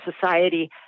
society